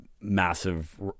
massive